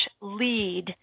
lead